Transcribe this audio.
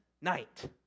night